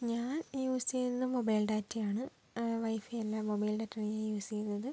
ഞാൻ യൂസ് ചെയ്യുന്ന mobile data ആണ് വൈഫൈ അല്ല മൊബൈൽ ഡാറ്റ ആണ് ഞാൻ യൂസ് ചെയ്യുന്നത്